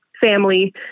family